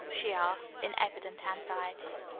she asked, in evident anxiety.